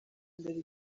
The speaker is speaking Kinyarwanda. mbere